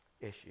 issue